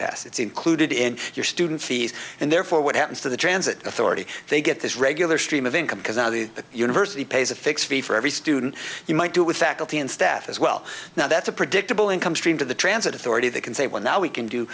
pass it's included in your student fees and therefore what happens to the transit authority they get this regular stream of income because one of the university pays a fixed fee for every student you might do with faculty and staff as well now that's a predictable income stream to the transit authority that can say well now we can do